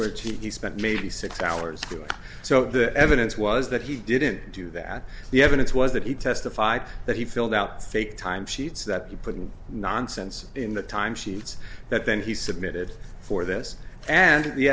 which he spent maybe six dollars so the evidence was that he didn't do that the evidence was that he testified that he filled out fake time sheets that he put in nonsense in the time sheets that then he submitted for this and the